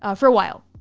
ah for a while.